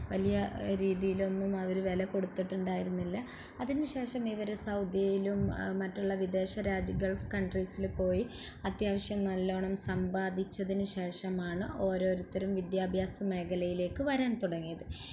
വലിയ രീതിയിലൊന്നും അവർ വില കൊടുത്തിട്ടുണ്ടായിരുന്നില്ല അതിനുശേഷം ഇവർ സൗദിയിലും മറ്റുള്ള വിദേശ ഗള്ഫ് കണ്ട്രീസില് പോയി അത്യാവശ്യം നല്ലവണ്ണം സമ്പാദിച്ചതിന് ശേഷമാണ് ഓരോരുത്തരും വിദ്യാഭ്യാസ മേഖലയിലേക്ക് വരാന് തുടങ്ങിയത്